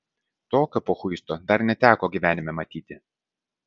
tokio pochuisto dar neteko gyvenime matyti